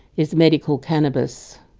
is medical cannabis.